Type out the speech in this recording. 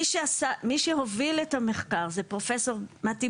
מי שהוביל את המחקר זה פרופסור מתי